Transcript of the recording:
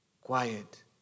quiet